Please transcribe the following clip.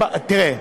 תראה,